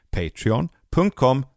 patreon.com